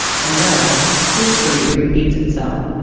and thus history repeats itself,